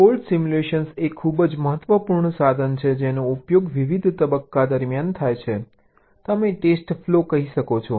fault simulation એ ખૂબ જ મહત્વપૂર્ણ સાધન છે જેનો ઉપયોગ વિવિધ તબક્કા દરમિયાન થાય છે તમે ટેસ્ટ ફ્લો કહી શકો છો